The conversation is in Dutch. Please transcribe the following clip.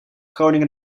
groningen